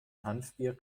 hanfbier